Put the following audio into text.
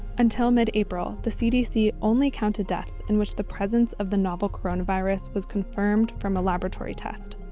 until mid-april, the cdc only counted deaths in which the presence of the novel coronavirus was confirmed from a laboratory test.